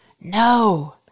no